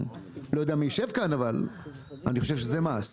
לא יודע מי יישב כאן, אבל אני חושב שזה מאסט.